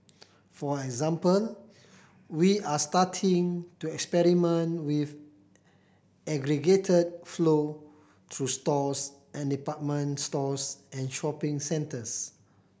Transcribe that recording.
for example we're starting to experiment with aggregated flow through stores and department stores and shopping centres